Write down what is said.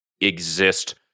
exist